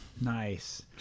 Nice